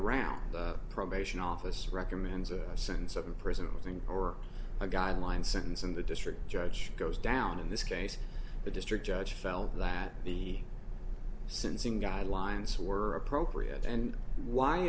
around the probation office recommends a sentence of a prison thing or a guideline sentence in the district judge goes down in this case the district judge felt that the syncing guidelines were appropriate and